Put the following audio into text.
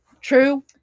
True